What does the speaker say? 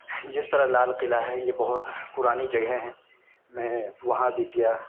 جس طرح لال قلعہ ہے یہ بہت پرانی جگہ ہے میں وہاں بھی گیا